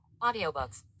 audiobooks